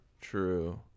true